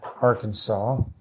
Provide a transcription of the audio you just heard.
Arkansas